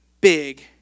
big